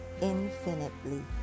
infinitely